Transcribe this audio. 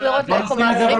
צריך לראות לאן מעבירים אותו.